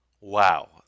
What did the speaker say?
Wow